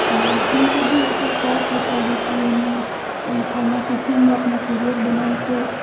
और उनका भी ऐसे शौक होता है कि हम खाना कुकिंग में अपना करियर बनाएँ तो